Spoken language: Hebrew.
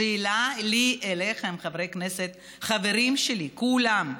שאלה לי אליכם, חברי הכנסת, חברים שלי, כולם,